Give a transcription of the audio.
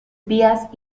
vías